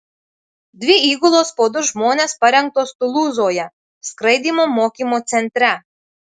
dvi įgulos po du žmones parengtos tulūzoje skraidymų mokymo centre